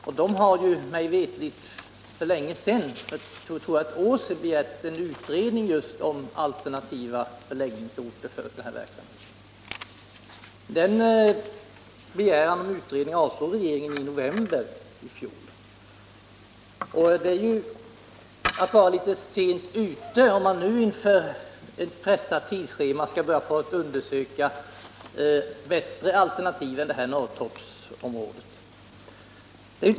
Verket har mig veterligt för länge sedan — jag tror det var ett år sedan — begärt en utredning just om alternativa förläggningsorter för den här verksamheten. Denna begäran om utredning avslog regeringen i november i fjol. Och det är ju att vara litet sent ute om man nu inför ett pressat tidsschema skall börja undersöka bättre alternativ än Norrtorpsområdet.